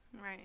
Right